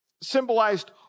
Symbolized